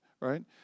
right